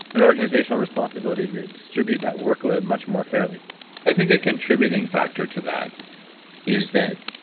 an organizational responsibility to distribute that workload much more fairly i think a contributing factor to that is that,